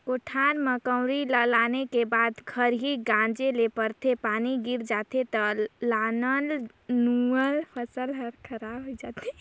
कोठार में कंवरी ल लाने के बाद खरही गांजे ले परथे, पानी गिर जाथे त लानल लुनल फसल हर खराब हो जाथे